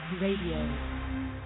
Radio